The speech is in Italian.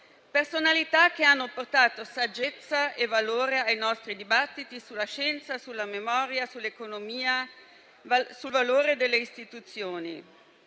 personalità hanno portato saggezza e valore ai nostri dibattiti sulla scienza, sulla memoria, sull'economia e sul valore delle istituzioni.